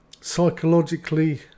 psychologically